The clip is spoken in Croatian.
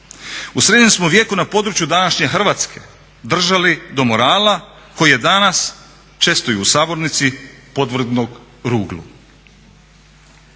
U srednjem smo vijeku na području današnje Hrvatske držali do morala koji je danas često i u sabornici podvrgnut ruglu.